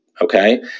okay